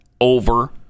Over